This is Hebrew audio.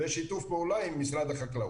בשיתוף פעולה עם משרד החקלאות.